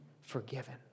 forgiven